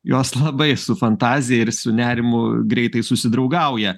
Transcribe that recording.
jos labai su fantazija ir su nerimu greitai susidraugauja